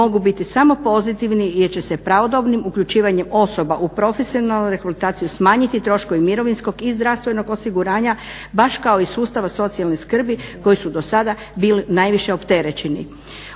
mogu biti samo pozitivni jer će se pravodobnim uključivanjem osoba u profesionalnu rehabilitaciju smanjiti troškovi mirovinskog i zdravstvenog osiguranja baš kao i sustava socijalne skrbi koje su do sada bile najviše opterećeni.